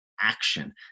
action